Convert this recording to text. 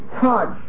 touch